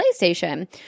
PlayStation